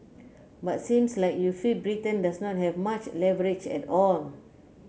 but seems like you feel Britain does not have much leverage at all